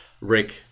Rick